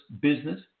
business